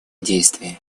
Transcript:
действия